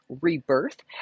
Rebirth